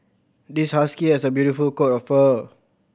this husky has a beautiful coat of fur